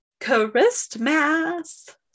christmas